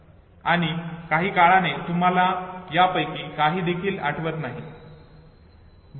आणि काही काळाने तुम्हाला त्यापैकी काही देखील आठवत नाही बरोबर